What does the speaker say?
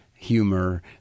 humor